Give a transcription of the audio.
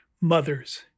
Mothers